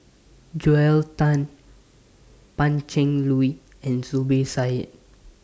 Joel Tan Pan Cheng Lui and Zubir Said